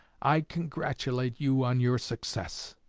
i congratulate you on your success.